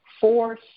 four